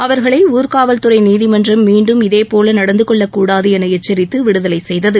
அவர்களை ஊர்காவல்துறை நீதிமன்றம் மீண்டும் இதபோல நடந்துகொள்ளக் கூடாது என எச்சரித்து விடுதலை செய்தது